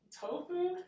tofu